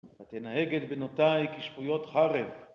ותנהג את בנותי כשבויות חרב.